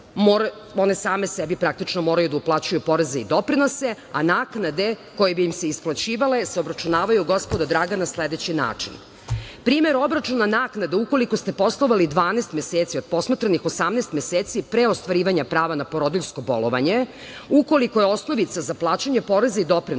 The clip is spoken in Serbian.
One same sebi praktično moraju da uplaćuju poreze i doprinose, a naknade koje bi im se isplaćivale se obračunavaju, gospodo draga, na sledeći način – primer obračuna naknade ukoliko ste poslovali 12 meseci od posmatranih 18 meseci pre ostvarivanja prava na porodiljsko bolovanje, ukoliko je osnovica za plaćanje poreza i doprinosa